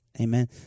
Amen